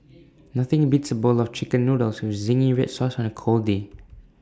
nothing beats A bowl of Chicken Noodles with Zingy Red Sauce on A cold day